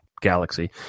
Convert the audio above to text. galaxy